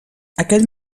aquell